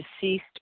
deceased